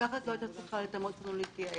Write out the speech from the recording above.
המפקחת לא הייתה צריכה לתמרץ אותנו להתייעל,